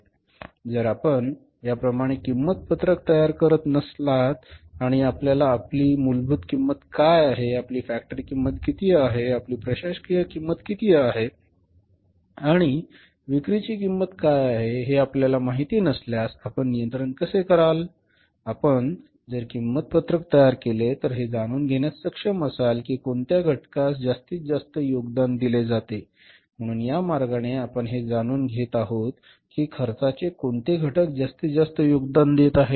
उदाहरणार्थ जर आपण या प्रमाणे किंमत पत्रक तयार करत नसलात आणि आपल्याला आपली मूलभूत किंमत काय आहे आपली फॅक्टरी किंमत किती आहे आपली प्रशासकीय किंमत किती आहे आणि विक्रीची किंमत काय आहे हे आपल्याला माहिती नसल्यास आपण नियंत्रण कसे कराल आपण जर किंमत पत्रक तयार केले तर हे जाणून घेण्यास सक्षम असाल की कोणत्या घटकास जास्तीत जास्त योगदान दिले जाते म्हणून या मार्गाने आपण हे जाणून घेत आहोत की खर्चाचे कोणते घटक जास्तीत जास्त योगदान देत आहेत